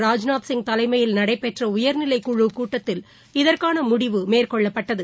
ராஜ்நாத்சிங் தலைமயில் நடைபெற்ற உயர்நிலைக் குழு கூட்டத்தில் இதற்கான முடிவு மேற்கொள்ளப்பட்டது